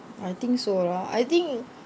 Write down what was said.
I think so lah I think